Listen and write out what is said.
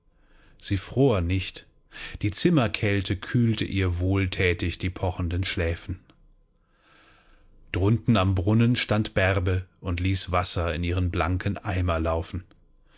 sie fror nicht die zimmerkälte kühlte ihr wohlthätig die pochenden schläfen drunten am brunnen stand bärbe und ließ wasser in ihren blanken eimer laufen